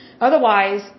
Otherwise